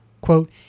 quote